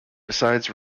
besides